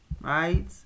right